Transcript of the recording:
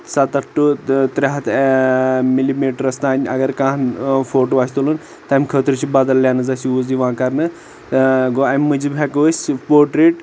ستتھ تُہ ترٛےٚ ہتھ ملہِ میٹرس تام اگر کانٛہہ فوٹو آسہِ تُلُن تمہِ خٲطرٕ چھِ بدل لیٚنز اسہِ یوز یِوان کرنہٕ اۭں گوٚو امہِ موٗجوٗب ہیٚکو أسۍ پوٹریٹ